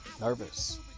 nervous